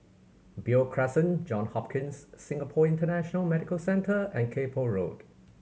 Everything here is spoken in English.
Beo Crescent John Hopkins Singapore International Medical Centre and Kay Poh Road